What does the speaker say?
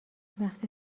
وقتی